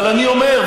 אבל אני אומר,